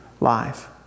life